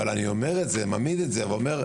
אבל אני מעמיד את זה ואומר,